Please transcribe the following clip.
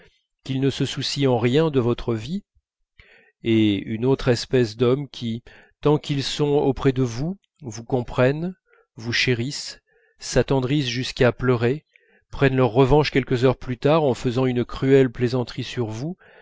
qu'ils ne se soucient en rien de votre vie et une autre espèce d'hommes qui tant qu'ils sont auprès de vous vous comprennent vous chérissent s'attendrissent jusqu'à pleurer prennent leur revanche quelques heures plus tard en faisant une cruelle plaisanterie sur vous